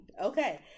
okay